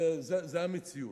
זה המציאות.